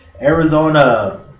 Arizona